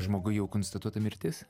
žmogui jau konstatuota mirtis